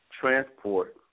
transport